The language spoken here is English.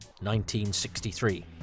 1963